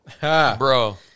bro